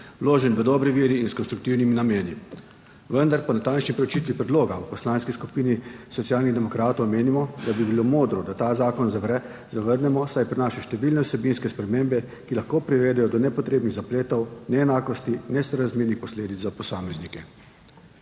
vložen v dobri veri in s konstruktivnimi nameni, vendar po natančni preučitvi predloga v Poslanski skupini Socialnih demokratov menimo, da bi bilo modro, da ta zakon zavrnemo, saj prinaša številne vsebinske spremembe, ki lahko privedejo do nepotrebnih zapletov, neenakosti, nesorazmernih posledic za posameznike.